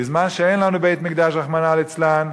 בזמן שאין לנו בית-מקדש, רחמנא ליצלן,